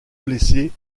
blessés